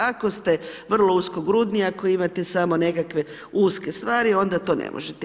Ako ste vrlo uskogrudni, ako imate samo nekakve uske stvari, onda to ne možete.